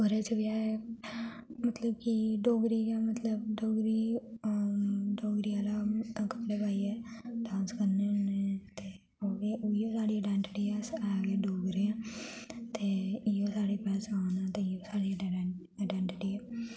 ओह्दे बिच बी ऐ मतलब कि डोगरी गै मतलब डोगरी डोगरी आह्ला कपड़े पाइयै डांस करने होने ओह् बी ते ओही साढ़ी आइडेंटिटी ऐ अस डोगरे आं ते इ'यै साढ़ी पह्चान ऐ ते इ'यो साढ़ी आइडेंटिटी